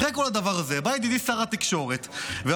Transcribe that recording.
אחרי כל הדבר הזה בא ידידי שר התקשורת ואמר: